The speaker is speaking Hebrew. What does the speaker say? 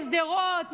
משדרות,